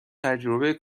تجربه